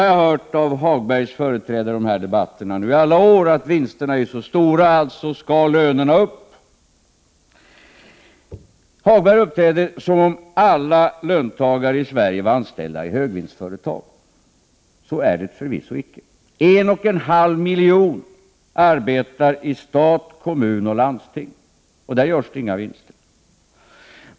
Jag har hört från Lars-Ove Hagbergs företrädare i de här debatterna under alla år att vinsterna är så stora att lönerna måste upp. Hagberg uppträder som om alla löntagare i Sverige var anställda i högvinstföretag. Så är det förvisso icke. En och en halv miljon arbetar i stat, kommun och landsting, och där görs det inga vinster.